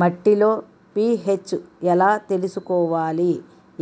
మట్టిలో పీ.హెచ్ ఎలా తెలుసుకోవాలి?